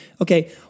okay